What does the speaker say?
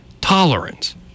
Tolerance